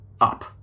up